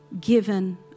given